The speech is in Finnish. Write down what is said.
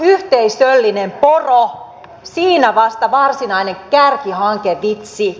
yhteisöllinen poro siinä vasta varsinainen kärkihankevitsi